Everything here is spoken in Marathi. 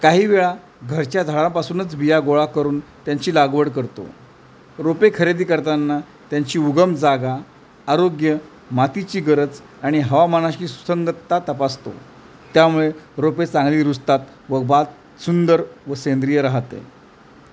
काही वेळा घरच्या झाडांपासूनच बिया गोळा करून त्यांची लागवड करतो रोपे खरेदी करतांना त्यांची उगम जागा आरोग्य मातीची गरज आणि हवामानाची सुसंगत्ता तपासतो त्यामुळे रोपे चांगली रुजतात व बाग सुंदर व सेंद्रिय राहते